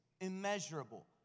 immeasurable